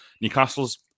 Newcastle's